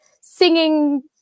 singing